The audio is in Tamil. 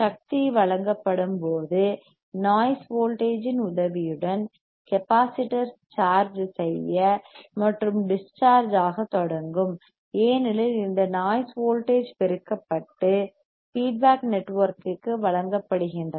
சக்தி வழங்கப்படும் போது நாய்ஸ் வோல்டேஜ் இன் உதவியுடன் கெப்பாசிட்டர் சார்ஜ் செய்ய மற்றும் டிஸ் சார்ஜ் ஆக தொடங்கும் ஏனெனில் இந்த நாய்ஸ் வோல்டேஜ் பெருக்கப்பட்டு ஃபீட்பேக் நெட்வொர்க்கிற்கு வழங்கப்படுகின்றன